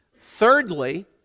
Thirdly